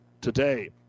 today